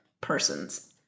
persons